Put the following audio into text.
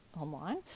online